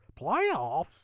playoffs